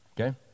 Okay